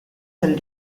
del